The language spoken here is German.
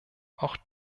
auch